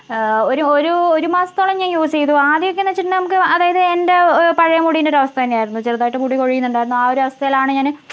ഒരു ഒരു ഒരു മാസത്തോളം ഞാൻ യൂസ് ചെയ്തു ആദ്യോക്കേന്ന് വച്ചിട്ടുണ്ടെ നമുക്ക് അതായത് എൻ്റെ പഴയ മുടിൻ്റെ ഒരവസ്ത തന്നെയായിരുന്നു ചെറുതായിട്ട് മുടി കൊഴിയുന്നുണ്ടായിരുന്നു ആ ഒരു അവസ്ഥേലാണ് ഞാന്